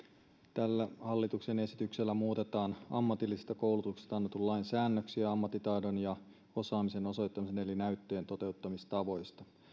tällä hallituksen esityksellä muutetaan ammatillisesta koulutuksesta annetun lain säännöksiä ammattitaidon ja osaamisen osoittamisen eli näyttöjen toteuttamistavoista